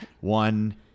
One